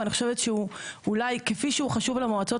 ואני חושבת שהוא אולי כפי שהוא חשוב למועצות